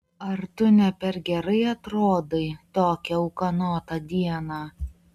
ar tu ne per gerai atrodai tokią ūkanotą dieną